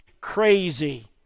crazy